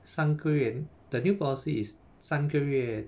三个月 the new policy is 三个月